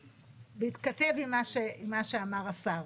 בהתכתב עם מה שאמר השר,